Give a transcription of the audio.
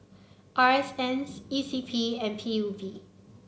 R S N C E C P and P U B